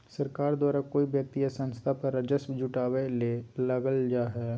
सरकार द्वारा कोय व्यक्ति या संस्था पर राजस्व जुटावय ले लगाल जा हइ